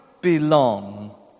belong